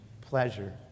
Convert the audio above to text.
pleasure